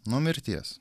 nuo mirties